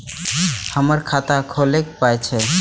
हमर खाता खौलैक पाय छै